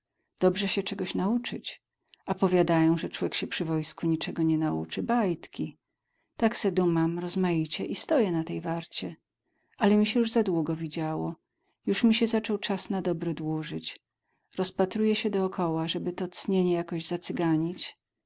dobrze sie czegoś nauczyć a powiadają że człek sie przy wojsku niczego nie nauczy bajdki tak se dumam rozmaicie i stoję na tej warcie ale mi sie już zadługo widziało już mi sie zaczął czas na dobre dłużyć rozpatruję sie dookoła żeby to cnienie jakoś zacyganić i